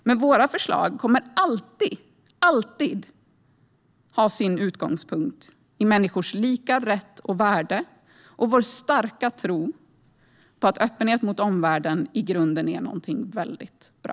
Men våra förslag kommer alltid att ha sin utgångspunkt i människors lika rätt och värde och i vår starka tro på att öppenhet mot omvärlden i grunden är något väldigt bra.